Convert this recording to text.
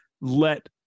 let